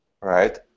right